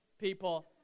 people